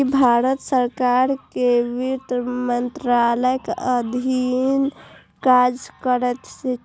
ई भारत सरकार के वित्त मंत्रालयक अधीन काज करैत छै